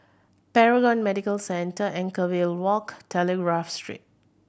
Paragon Medical Centre Anchorvale Walk Telegraph Street